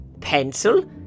pencil